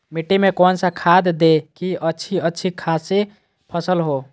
मिट्टी में कौन सा खाद दे की अच्छी अच्छी खासी फसल हो?